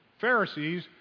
Pharisees